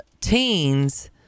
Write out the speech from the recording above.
teens